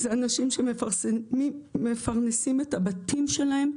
זה אנשים שמפרנסים את הבתים שלהם.